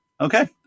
Okay